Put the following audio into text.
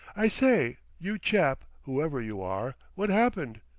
i say, you chap, whoever you are, what's happened.